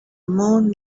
moon